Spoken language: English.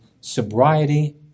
sobriety